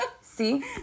See